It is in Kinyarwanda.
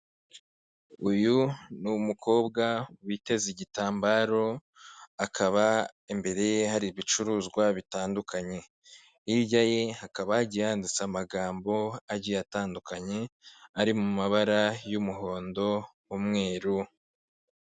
Uyu ni umukobwa witeze igitambaro, akaba imbere ye hari ibicuruzwa bitandukanye. Hirya ye hakaba hagiye handitse amagambo agiye atandukanye, ari mu mabara y'umuhondo, umweru.